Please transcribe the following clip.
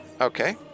Okay